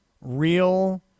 real